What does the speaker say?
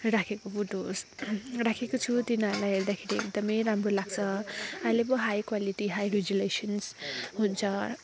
राखेको फोटो होस् राखेको छु तिनीहरूलाई हेर्दाखेरि एकदमै राम्रो लाग्छ अहिले पो हाई क्वालिटी हाई रेजुलेसन्स हुन्छ